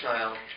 Child